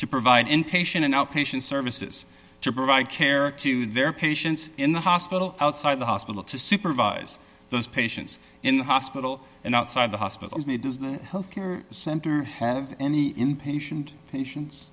to provide inpatient and outpatient services to provide care to their patients in the hospital outside the hospital to supervise those patients in the hospital and outside the hospital health care center have any inpatient pati